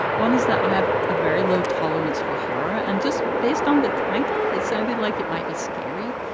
one is that i have a very low tolerance for horror and just based on the title, it sounded like it might be scary.